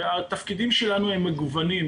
התפקידים שלנו מגוונים,